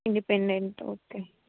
independent okay